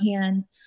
hands